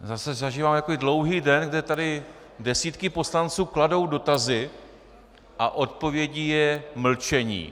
Zase zažíváme takový dlouhý den, kdy tady desítky poslanců kladou dotazy a odpovědí je mlčení.